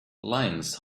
lions